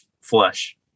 flesh